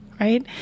right